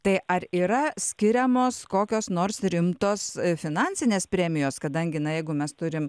tai ar yra skiriamos kokios nors rimtos finansinės premijos kadangi na jeigu mes turim